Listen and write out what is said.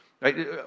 right